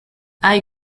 eye